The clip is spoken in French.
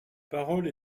parole